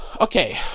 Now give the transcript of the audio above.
Okay